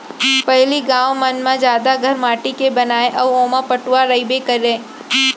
पहिली गॉंव मन म जादा घर माटी के बनय अउ ओमा पटउहॉं रइबे करय